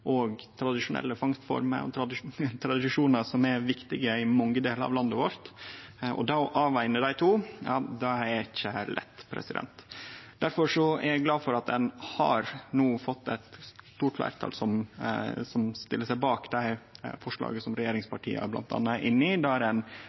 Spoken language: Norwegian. tradisjonelle fangstformer og tradisjonar som er viktige i mange delar av landet vårt. Det å avvege dei to er ikkje lett. Difor er eg glad for at ein no har fått eit stort fleirtal som stiller seg bak forslaget som